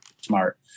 smart